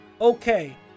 okay